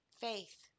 faith